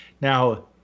Now